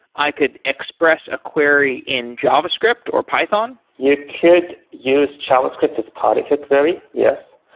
i could express a query in javascript or python? you could use javascript as part of your query, yes.